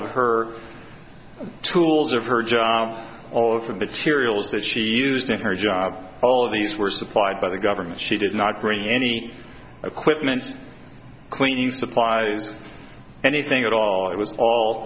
of her tools of her job all of her materials that she used in her job all of these were supplied by the government she did not bring in any equipment cleaning supplies anything at all it was all